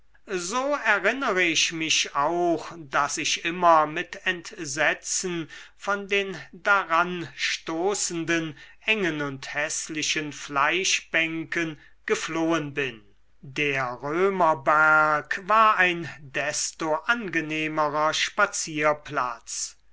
so erinnere ich mich auch daß ich immer mit entsetzen vor den daranstoßenden engen und häßlichen fleischbänken geflohen bin der römerberg war ein desto angenehmerer